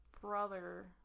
brother